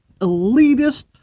elitist